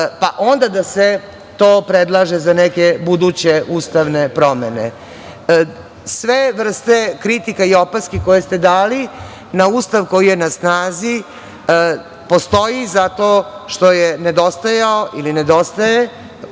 pa onda da se to predlaže za neke buduće ustavne promene. Sve vrste kritika i opaski koje ste dali na Ustav koji je na snazi postoji zato što je nedostajao ili nedostaje.